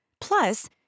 Plus